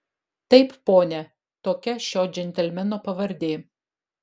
taip pone tokia šio džentelmeno pavardė